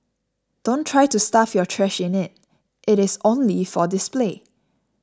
don't try to stuff your trash in it it is only for display